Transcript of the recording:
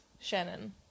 Shannon